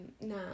now